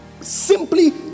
Simply